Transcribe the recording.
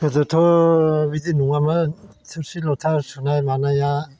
गोदोथ' बिदि नङामोन थोरसि ल'था सुनाय मानाया